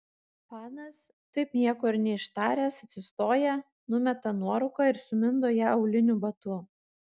panas taip nieko ir neištaręs atsistoja numeta nuorūką ir sumindo ją auliniu batu